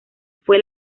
fue